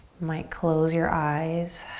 might close your eyes.